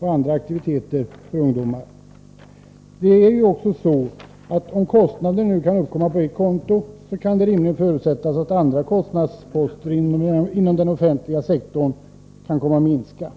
och andra aktiviteter för ungdomar. Det är ju också så att även om kostnader skulle uppkomma på ett konto, så kan det rimligen förutsättas att andra kostnadsposter inom den offentliga sektorn kan komma att minska.